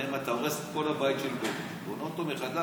הרי אם אתה הורס את כל הבית של בנט ובונה אותו מחדש,